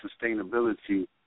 sustainability